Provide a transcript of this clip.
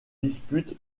disputent